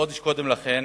חודש קודם לכן,